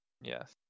Yes